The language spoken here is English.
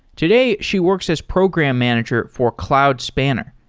today, she works as program manager for cloud spanner,